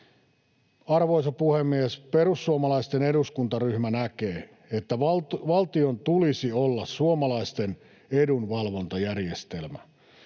Arvoisa puhemies! Perussuomalaisten eduskuntaryhmä näkee, että valtion tulisi olla suomalaisten edunvalvontajärjestelmä.